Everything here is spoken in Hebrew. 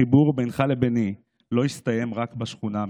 החיבור בינך לביני לא הסתיים רק בשכונה המשותפת.